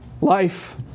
Life